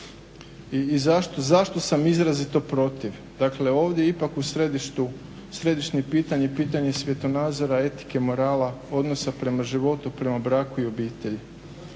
i zašto sam izrazito protiv. Dakle, ovdje je ipak u središtu, središnje pitanje pitanje svjetonazora etike morala odnosa prema životu, prema braku i prema obitelji.